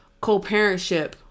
co-parentship